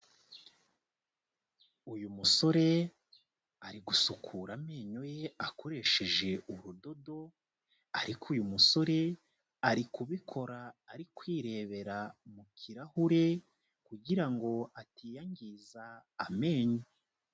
Uyu musore ari gusukura amenyo ye akoresheje urudodo, ariko uyu musore ari kubikora ari kwirebera mu kirahure kugira ngo atiyangiza amenyo.